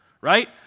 Right